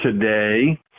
today